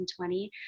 2020